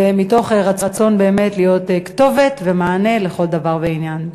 ומתוך רצון באמת להיות כתובת ומענה לכל דבר ועניין.